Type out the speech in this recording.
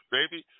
Baby